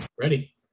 ready